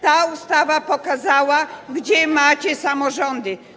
Ta ustawa pokazała, gdzie macie samorządy.